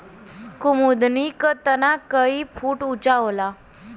कुमुदनी क तना कई फुट ऊँचा होला